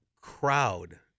crowd